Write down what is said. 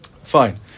Fine